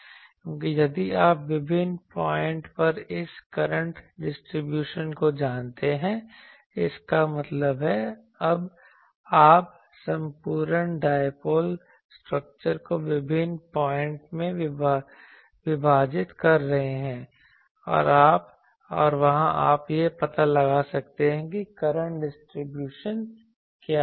क्योंकि यदि आप विभिन्न पॉइंट पर इस करंट डिस्ट्रीब्यूशन को जानते हैं इसका मतलब है आप संपूर्ण डायपोल स्ट्रक्चर को विभिन्न पॉइंट में विभाजित कर रहे हैं और वहां आप यह पता लगा सकते हैं कि करंट डिस्ट्रीब्यूशन क्या है